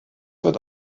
wird